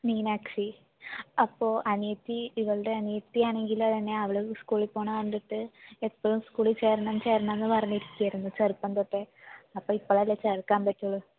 മീനാക്ഷി അപ്പോൾ അനിയത്തി ഇവളുടെ അനിയത്തി ആണെങ്കിൽ തന്നെ അവൾ സ്കൂളിൽ പോകണത് കണ്ടിട്ട് എപ്പോഴും സ്കൂളിൽ ചേരണം ചേരണം എന്ന് പറഞ്ഞു ഇരിക്കുകയായിരുന്നു ചെറുപ്പം തൊട്ടേ അപ്പോൾ ഇപ്പോഴല്ലേ ചേർക്കാൻ പറ്റുള്ളൂ